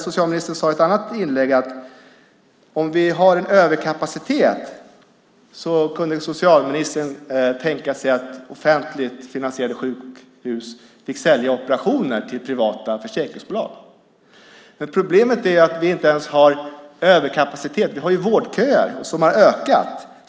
Socialministern sade i ett annat inlägg att om vi har en överkapacitet kunde socialministern tänka sig att offentligt finansierade sjukhus fick sälja operationer till privata försäkringsbolag. Men problemet är att vi inte har överkapacitet. Vi har vårdköer som har ökat.